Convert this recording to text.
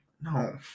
No